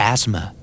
Asthma